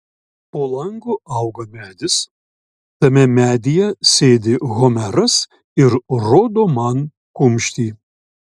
po langu auga medis tame medyje sėdi homeras ir rodo man kumštį